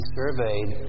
surveyed